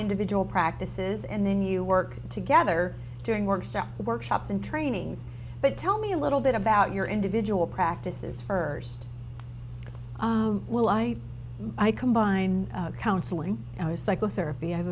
individual practices and then you work together doing work stuff workshops and trainings but tell me a little bit about your individual practices first will i i combine counseling psychotherapy i